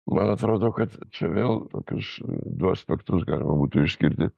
man atrodo kad čia vėl tokius du aspektus galima būtų išskirti